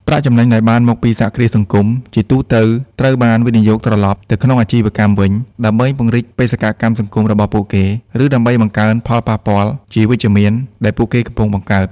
ប្រាក់ចំណេញដែលបានមកពីសហគ្រាសសង្គម ជាទូទៅត្រូវបាន វិនិយោគត្រឡប់ ទៅក្នុងអាជីវកម្មវិញ ដើម្បីពង្រីកបេសកកម្មសង្គមរបស់ពួកគេ ឬដើម្បីបង្កើនផលប៉ះពាល់ជាវិជ្ជមានដែលពួកគេកំពុងបង្កើត។